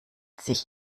sich